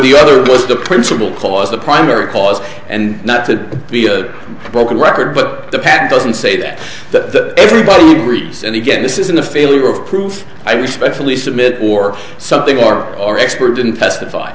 the other was the principal cause the primary cause and not to be a broken record but the pattern doesn't say that everybody agrees and again this isn't a failure of proof i respectfully submit or something or our expert didn't testify